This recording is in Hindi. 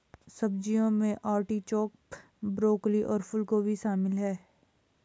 सब्जियों में आर्टिचोक, ब्रोकोली और फूलगोभी शामिल है